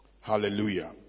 Hallelujah